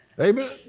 Amen